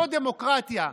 זו דמוקרטיה.